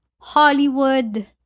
hollywood